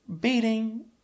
beating